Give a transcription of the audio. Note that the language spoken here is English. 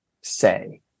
say